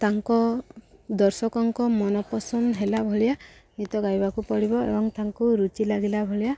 ତାଙ୍କ ଦର୍ଶକଙ୍କ ମନପସନ୍ଦ ହେଲା ଭଳିଆ ଗୀତ ଗାଇବାକୁ ପଡ଼ିବ ଏବଂ ତାଙ୍କୁ ରୁଚି ଲାଗିଲା ଭଳିଆ